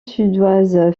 suédoise